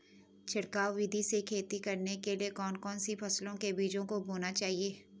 छिड़काव विधि से खेती करने के लिए कौन कौन सी फसलों के बीजों को बोना चाहिए?